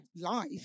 life